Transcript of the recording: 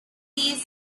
these